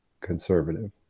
conservative